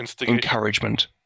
encouragement